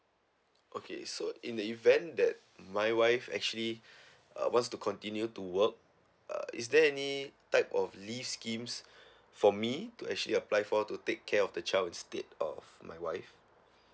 okay so in the event that my wife actually wants to continue to work uh is there any type of leave schemes for me to actually apply for to take care of the child instead of my wife